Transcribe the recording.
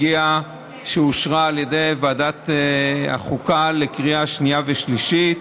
שאושרה על ידי ועדת החוקה לקריאה שנייה ושלישית.